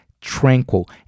tranquil